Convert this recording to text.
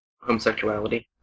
homosexuality